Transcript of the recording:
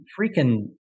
freaking